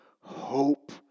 Hope